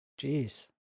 jeez